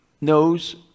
knows